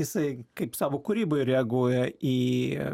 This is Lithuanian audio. jisai kaip savo kūryboj reaguoja į